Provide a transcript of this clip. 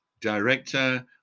director